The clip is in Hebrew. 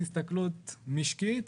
קצת הסתכלות משקית,